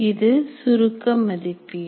இவை சுருக்க மதிப்பீடு